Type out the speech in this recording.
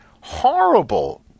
horrible